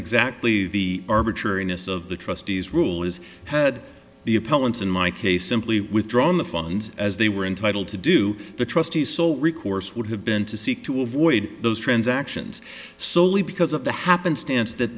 exactly the arbitrariness of the trustees rule is head the appellant's in my case simply withdrawn the funds as they were entitled to do the trustees so recourse would have been to seek to avoid those transactions solely because of the happenstance that